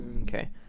okay